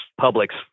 public's